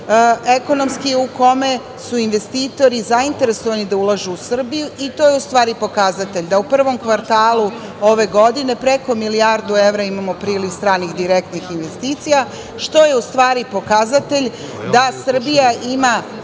ekonomski u kome su investitori zainteresovani da ulažu u Srbiju i to je pokazatelj da u prvom kvartalu ove godine preko milijardu evra imamo priliv stranih direktnih investicija, što je pokazatelj da Srbija ima